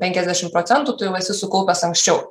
penkiasdešim procentų tu jau esi sukaupęs anksčiau